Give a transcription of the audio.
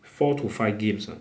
four to five games ah